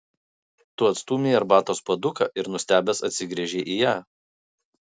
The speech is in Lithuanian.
tu atstūmei arbatos puoduką ir nustebęs atsigręžei į ją